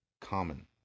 common